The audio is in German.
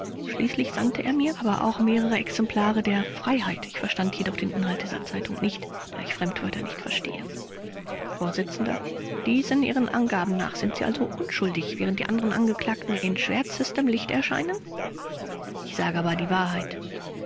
gleichzeitig sandte er mir aber auch mehrere exemplare der freiheit ich verstand jedoch den inhalt dieser zeitung nicht da ich fremdwörter nicht verstehe vors diesen ihren angaben nach sind sie also unschuldig während die anderen angeklagten in schwärzestem lichte erscheinen rupsch ich sage aber die wahrheit